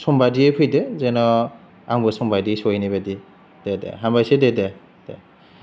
सम बायदियै फैदो जेन' आंबो सम बायदियै सहैनाय बायदि हामबायसो दे